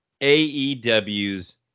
AEW's